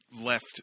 left